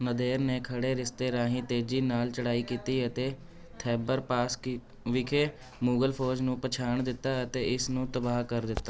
Nader ਨੇ ਖੜੇ ਰਸਤੇ ਰਾਹੀਂ ਤੇਜ਼ੀ ਨਾਲ ਚੜ੍ਹਾਈ ਕੀਤੀ ਅਤੇ ਖੈਬਰ ਪਾਸ ਕੀ ਵਿਖੇ ਮੁਗ਼ਲ ਫੌਜ ਨੂੰ ਪਛਾੜ ਦਿੱਤਾ ਅਤੇ ਇਸ ਨੂੰ ਤਬਾਹ ਕਰ ਦਿੱਤਾ